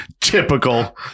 typical